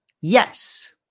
Yes